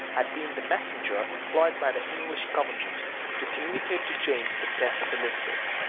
had been the messenger employed by the english government to communicate to james the death of elizabeth,